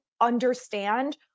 understand